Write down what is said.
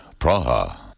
Praha